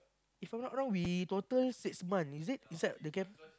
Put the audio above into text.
if I'm not wrong we total six month is it inside the camp